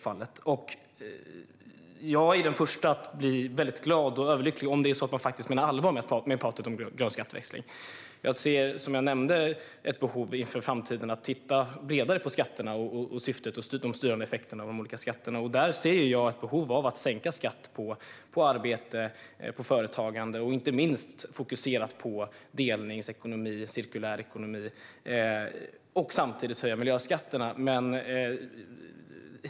Jag är den förste att bli överlycklig om man faktiskt menar allvar med pratet om grön skatteväxling. Jag ser, som jag nämnde, ett behov inför framtiden av att titta bredare på olika skatter, deras syfte och deras styrande effekter. Där ser jag ett behov av att sänka skatterna på arbete och företagande, inte minst med fokus på delningsekonomi och cirkulär ekonomi, och samtidigt höja miljöskatterna.